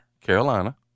Carolina